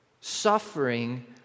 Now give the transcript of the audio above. suffering